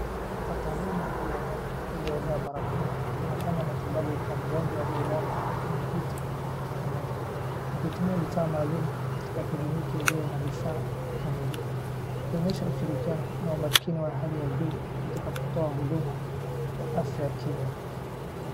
Wataalum wawili wa meno waliovaa barakoa wanafanya matibabu kwa mgonjwa aliyelala kwenye kiti cha meno, wakitumia vifaa maalum katika kliniki iliyo na vifaa kamili. Wakionyesha ushirikiano wa makini ya hali ya juu katika kutoa huduma na afya ya kinywa.